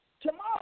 Tomorrow